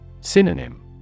Synonym